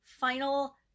final